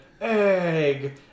Egg